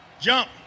Jump